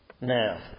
now